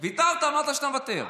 ויתרת, אמרת שאתה מוותר.